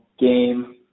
game